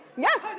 yes,